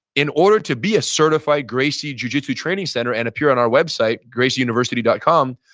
in order to be a certified gracie jujitsu training center and appear on our website, gracieuniversity dot com,